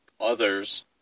others